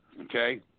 okay